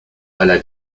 alla